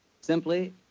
Simply